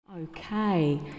Okay